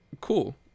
cool